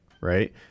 right